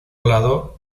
lado